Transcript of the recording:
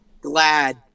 glad